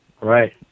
Right